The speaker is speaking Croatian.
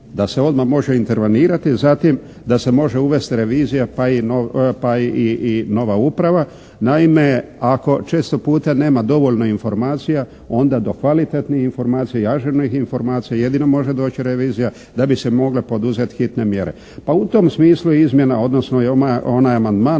da se odma može intervenirati. Zatim da se može uvesti revizija pa i nova uprava. Naime, ako često puta nema dovoljno informacija onda do kvalitetnih informacija i ažurnih informacija jedino može doći revizija da bi se mogla poduzeti hitne mjere. Pa u tom smislu izmjena odnosno onaj amandman